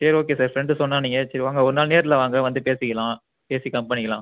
சரி okay sir friend சொன்னானீங்க சரி வாங்க ஒரு நாள் நேரில் வாங்க வந்து பேசிக்கலாம் பேசி கம்மி பண்ணிக்கலாம்